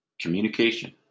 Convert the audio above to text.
communication